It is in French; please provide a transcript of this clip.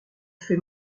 fait